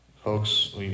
Folks